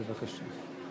בבקשה.